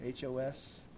HOS